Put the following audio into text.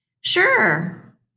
Sure